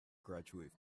graduate